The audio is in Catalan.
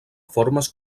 formes